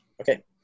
Okay